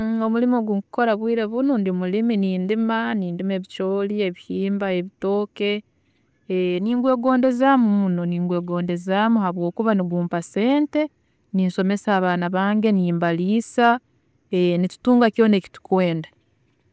Omulimo ogu nkukora bwiire bunu ndi mulimi, nindima ebihimba ebicoori, ebitooke, ningwegondezaamu muno, ningwegondezaamu habwokuba nigumpa sente, ninsomesa abaana bange, nimbariisa, nitutunga kyoona ekitukwenda